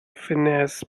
finesse